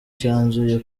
cyanyuze